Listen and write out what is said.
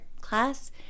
class